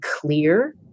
clear